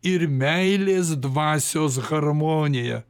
ir meilės dvasios harmonija